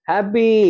Happy